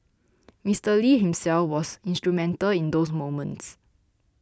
Mister Lee himself was instrumental in those moments